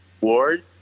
Ward